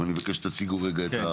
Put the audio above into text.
ואני מבקש שתציגו רגע את ההסכמות.